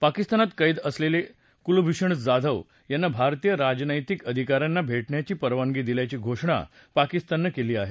पाकिस्तानात कैद असलेल्या कुलभूषण जाधव यांना भारतीय राजनैतिक अधिका यांना भेटण्याची परवानगी दिल्याची घोषणा पाकिस्ताननं केली आहे